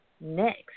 next